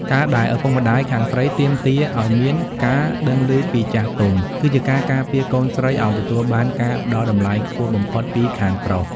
ការដែលឪពុកម្ដាយខាងស្រីទាមទារឱ្យមាន "ការដឹងឮពីចាស់ទុំ" គឺជាការការពារកូនស្រីឱ្យទទួលបានការផ្ដល់តម្លៃខ្ពស់បំផុតពីខាងប្រុស។